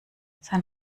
sein